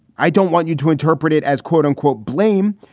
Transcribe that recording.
i don't want you to interpret it as quote unquote blame.